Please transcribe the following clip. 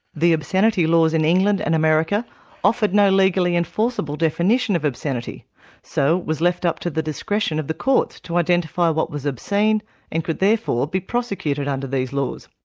the obscenity laws in england and america offered no legally enforceable definition of obscenity so it was left up to the discretion of the courts to identify what was obscene and could therefore be prosecuted under these laws.